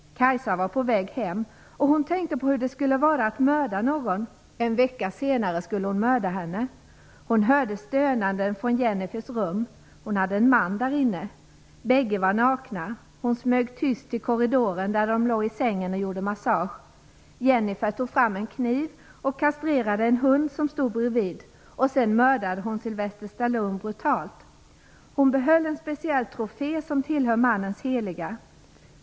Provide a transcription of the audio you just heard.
Kajsa var på väg hem och hon tänkte på hur det skulle vara att mörda någon. En vecka senare skulle hon mörda henne. Hon hörde stönanden från Jennifers rum. Hon hade en man därinne. Bägge var nakna. Hon smög tyst till korridoren där dom låg i sängen och gjorde massage. Jennifer tog fram en kniv och kastrerade en hund som stod bredvid. Och sen mördade hon Sylvester Stallone brutalt. Hon behöll en speciell trofé som tillhör mannens heliga.